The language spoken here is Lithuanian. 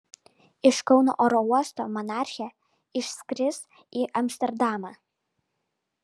iš kauno oro uosto monarchė išskris į amsterdamą